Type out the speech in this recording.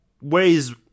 ways